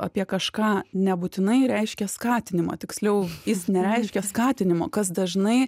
apie kažką nebūtinai reiškia skatinimą tiksliau jis nereiškia skatinimo kas dažnai